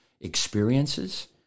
experiences